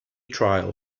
trial